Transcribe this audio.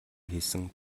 хийсэн